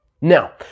Now